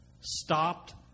stopped